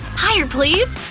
higher please!